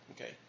Okay